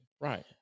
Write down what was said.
right